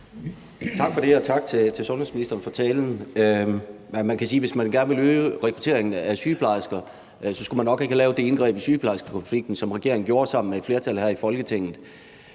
Tak for det, og tak til sundhedsministeren for talen. Man kan sige, at hvis man gerne ville øge rekrutteringen af sygeplejersker, så skulle man nok ikke have lavet det indgreb i sygeplejerskekonflikten, som regeringen gjorde sammen med et flertal her i Folketinget.